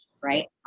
right